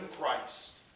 Christ